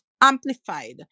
amplified